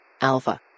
Alpha